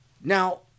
Now